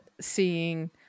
seeing